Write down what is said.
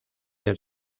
del